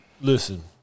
listen